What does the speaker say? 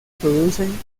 producen